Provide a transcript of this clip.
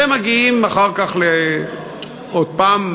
ומגיעים אחר כך עוד הפעם,